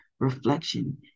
Reflection